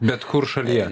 bet kur šalyje